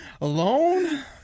Alone